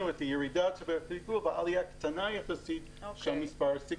ירידה בגלגול ועלייה קטנה יחסית של מספר הסיגריות.